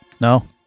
No